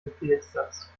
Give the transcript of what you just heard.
befehlssatz